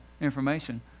information